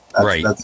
Right